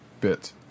bit